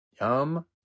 Yum